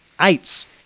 eights